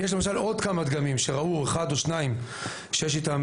יש למשל עוד כמה דגמים שראו אחד או שניים שיש איתם